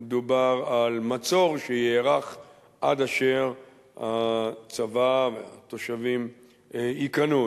דובר על מצור שיארך עד אשר הצבא והתושבים ייכנעו.